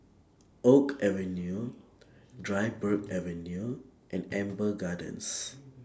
Oak Avenue Dryburgh Avenue and Amber Gardens